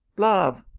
love!